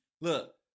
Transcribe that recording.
Look